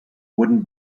wooden